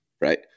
right